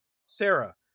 Sarah